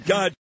God